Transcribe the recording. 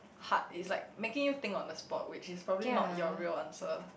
hard is like making you think on the spot which is probably not your real answer